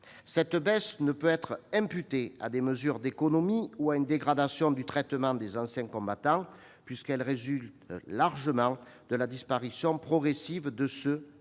Cette baisse ne peut être imputée à des mesures d'économies ou à une dégradation du traitement des anciens combattants, puisqu'elle résulte largement de la disparition progressive de ceux qui ont